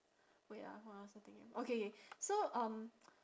wait ah what was I thinking okay K so um